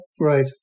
right